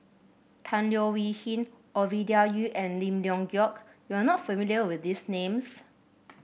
Tan Leo Wee Hin Ovidia Yu and Lim Leong Geok you are not familiar with these names